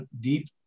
deep